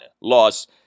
loss